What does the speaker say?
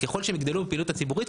ככל שהם יגדלו בפעילות הציבורית,